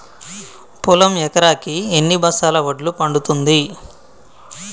పొలం ఎకరాకి ఎన్ని బస్తాల వడ్లు పండుతుంది?